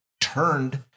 turned